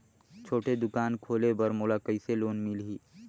छोटे दुकान खोले बर मोला कइसे लोन मिलही?